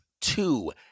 two